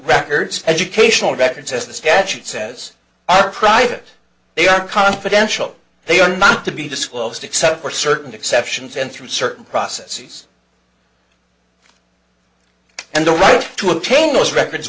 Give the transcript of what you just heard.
records educational records as the statute says are private they are confidential they are not to be disclosed except for certain exceptions and through certain processes and the right to obtain those records